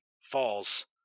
falls